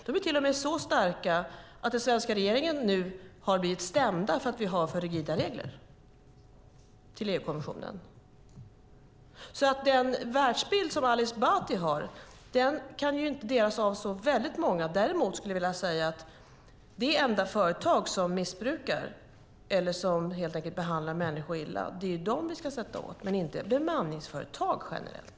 De är till och med så starka att den svenska regeringen har blivit stämd inför EU-kommissionen för att det finns för rigida regler. Ali Esbatis världsbild kan inte delas av så många. Däremot ska de företag som missbrukar eller behandlar människor illa sättas åt, inte bemanningsföretag generellt.